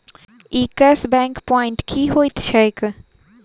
ई cashback point की होइत छैक?